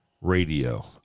radio